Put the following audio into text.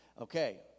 okay